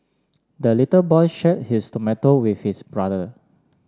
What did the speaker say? the little boy share his tomato with his brother